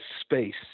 space